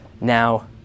Now